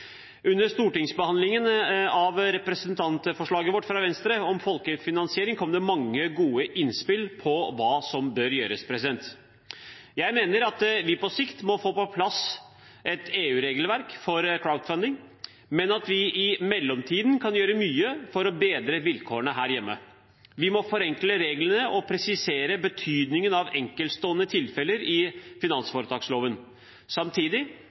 Under stortingsbehandlingen av representantforslaget fra Venstre om folkefinansiering kom det mange gode innspill om hva som bør gjøres. Jeg mener at vi på sikt må få på plass et EU-regelverk for crowdfunding, men at vi i mellomtiden kan gjøre mye for å bedre vilkårene her hjemme. Vi må forenkle reglene og presisere betydningen av enkeltstående tilfeller i finansforetaksloven. Samtidig